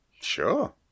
Sure